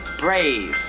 brave